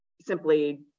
simply